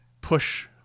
push